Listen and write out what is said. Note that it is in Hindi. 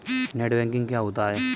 नेट बैंकिंग क्या होता है?